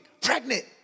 pregnant